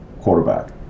quarterback